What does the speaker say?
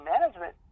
management